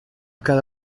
cada